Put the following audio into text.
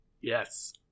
yes